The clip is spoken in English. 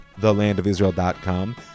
thelandofisrael.com